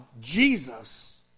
Jesus